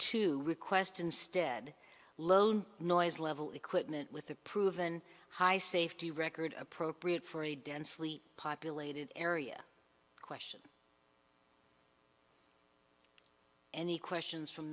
to request instead loan noise level equipment with a proven high safety record appropriate for a densely populated area question any questions from